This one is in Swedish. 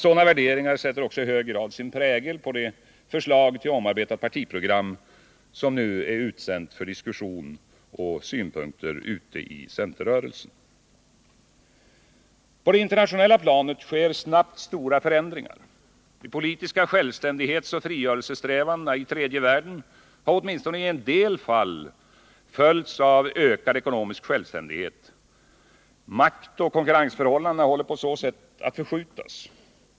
Sådana värderingar sätter också i hög grad sin prägel på det förslag till omarbetat partiprogram som nu diskuteras ute i centerrörelsen. På det internationella planet sker snabbt stora förändringar. De politiska självständighetsoch frigörelsesträvandena i tredje världen har åtminstone i en del fall följts av ökad ekonomisk självständighet. Maktoch konkurrens förhållandena håller på så sätt på att förskjutas.